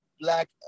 Black